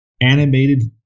animated